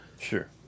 sure